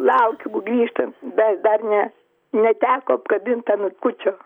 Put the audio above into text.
laukiu grįžtant dar dar ne neteko apkabint anūkučio